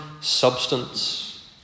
substance